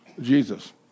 Jesus